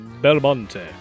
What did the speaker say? Belmonte